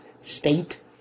state